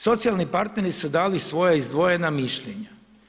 Socijalni partneri su dali svoja izdvojena mišljenja.